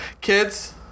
Kids